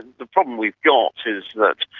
the problem we've got is that,